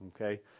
okay